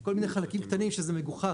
כל מיני חלקים קטנים שזה מגוחך,